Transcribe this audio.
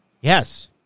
Yes